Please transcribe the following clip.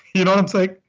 you know what i'm saying?